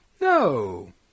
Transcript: No